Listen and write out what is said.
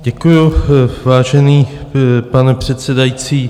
Děkuju, vážený pane předsedající.